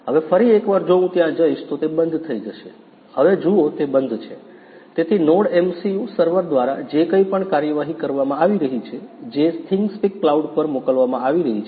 હવે ફરી એકવાર જો હું ત્યાં જઈશ તો તે બંધ થઈ જશે હવે જુઓ તે બંધ છે તેથી NodeMCU સર્વર દ્વારા જે કંઇ પણ કાર્યવાહી કરવામાં આવી રહી છે જે થિંગ્સપીક કલાઉડ પર મોકલવામાં આવી રહી છે